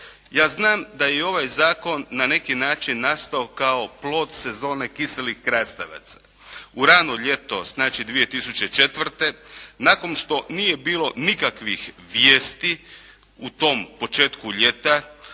Ja znam da je i ovaj zakon na neki način nastao kao plod sezone kiselih krastavaca u rano ljeto, znači 2004. nakon što nije bilo nikakvih vijesti u tom početku ljeta